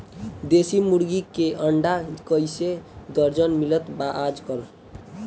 देशी मुर्गी के अंडा कइसे दर्जन मिलत बा आज कल?